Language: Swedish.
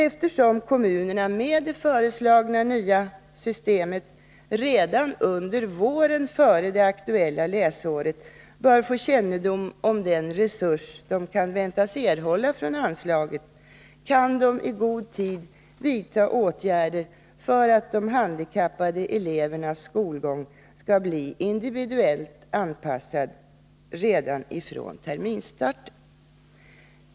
Eftersom kommunerna med det föreslagna nya systemet redan under våren före det aktuella läsåret bör få kännedom om den resurs som de kan väntas erhålla från anslaget, så kan de i god tid vidta åtgärder för att de handikappade elevernas skolgång skall bli individuellt anpassad redan från terminsstarten.